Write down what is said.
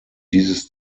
dieses